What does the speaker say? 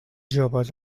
joves